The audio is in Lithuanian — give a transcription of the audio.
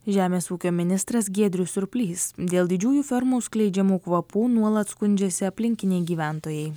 žemės ūkio ministras giedrius surplys dėl didžiųjų fermų skleidžiamų kvapų nuolat skundžiasi aplinkiniai gyventojai